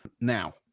Now